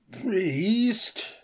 priest